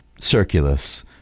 Circulus